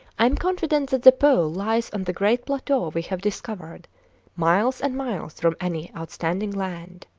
i am confident that the pole lies on the great plateau we have discovered miles and miles from any outstanding land.